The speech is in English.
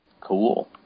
Cool